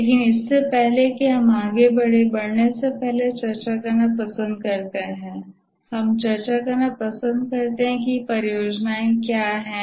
लेकिन इससे पहले कि हम आगे बढ़ने से पहले चर्चा करना पसंद करते हैं हम चर्चा करना पसंद करते हैं कि परियोजनाएं क्या हैं